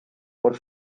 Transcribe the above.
por